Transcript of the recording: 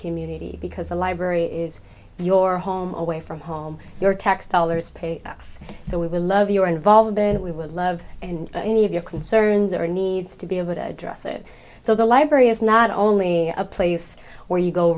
community because the library is your home away from home your tax dollars paid us so we will love your involvement we would love and any of your concerns are needs to be able to address it so the library is not only a place where you go